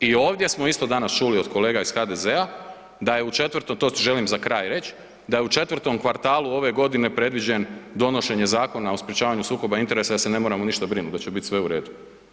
I ovdje smo isto danas čuli od kolega iz HDZ-a da je u 4., to želim za kraj reći, da je u 4. kvartalu ove godine predviđen donošenje Zakona o sprječavanju sukoba interesa, da se ne moramo ništa brinuti, da će biti sve u redu.